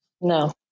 No